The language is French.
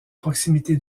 proximité